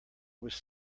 was